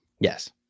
yes